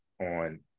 on